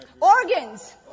Organs